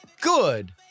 Good